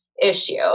issue